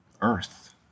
earth